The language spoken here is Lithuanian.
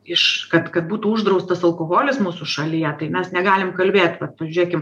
iš kad kad būtų uždraustas alkoholis mūsų šalyje tai mes negalim kalbėt vat pažiūrėkim